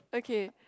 okay